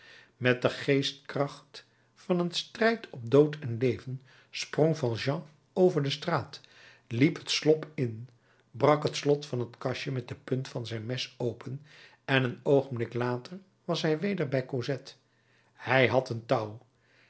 met de geestkracht van een strijd op dood en leven sprong valjean over de straat liep het slop in brak het slot van t kastje met de punt van zijn mes open en een oogenblik later was hij weder bij cosette hij had een touw